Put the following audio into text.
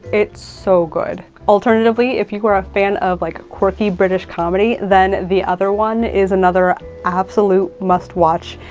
it's so good. alternatively, if you are a fan of like quirky british comedy, then the other one is another absolute must-watch.